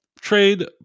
trade